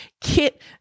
kit